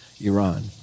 Iran